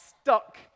stuck